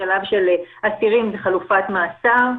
בשלב של אסירים זו חלופת מאסר.